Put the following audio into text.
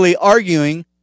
arguing